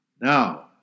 Now